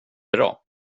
bra